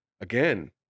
Again